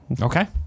Okay